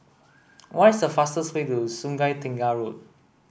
what is the fastest way to Sungei Tengah Road